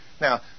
Now